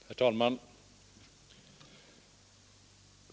Herr talman!